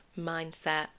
mindset